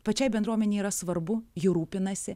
pačiai bendruomenei yra svarbu ji rūpinasi